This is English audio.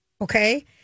Okay